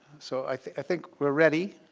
so i think i think we're ready.